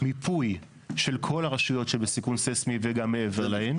מיפוי של כל הרשויות שבסיכון ססמי וגם מעבר להן.